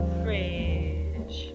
fresh